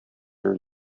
are